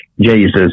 Jesus